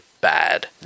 bad